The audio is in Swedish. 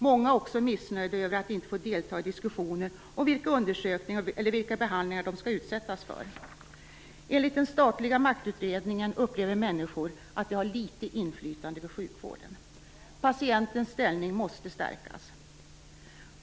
Många är också missnöjda över att inte få delta i diskussioner om vilka undersökningar eller vilka behandlingar de skall utsättas för. Enligt den statliga maktutredningen upplever människor att de har litet inflytande över sjukvården. Patientens ställning måste stärkas.